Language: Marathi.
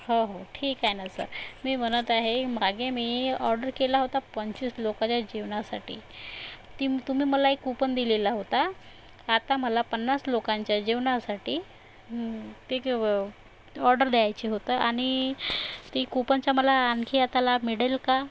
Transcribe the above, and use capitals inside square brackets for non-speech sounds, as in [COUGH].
हो हो ठिक आहे ना सर मी म्हणत आहे मागे मी ऑर्डर केला होता पंचवीस लोकाच्या जेवणासाठी तीम् तुम्ही मला एक कुपन दिलेला होता आता मला पन्नास लोकांच्या जेवणासाठी ते [UNINTELLIGIBLE] ऑर्डर द्यायचं होतं आणि ती कूपनचा मला आणखी आता लाभ मिळेल का